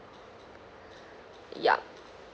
ya